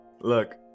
Look